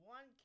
One